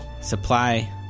supply